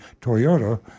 Toyota